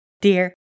Dear